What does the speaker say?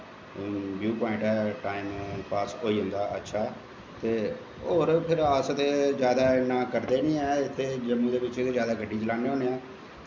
ब्यू point ऐ time पास होई जंदा ऐ अच्छा ते होर फिर अस ते करदे रौह्नें आं ते जम्मू दे बिच्च ते जादा गड्डी चलान्ने आं